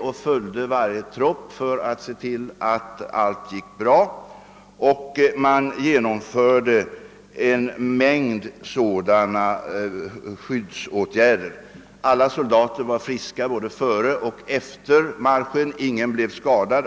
och följde med för att se till att allt gick bra. Man vidtog alltså en mängd skyddsåtgärder. Alla soldater var friska både före och efter marschen; ingen blev skadad.